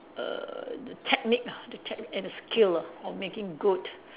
err the technique ah the technique and the skill ah of making good